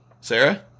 Sarah